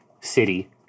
city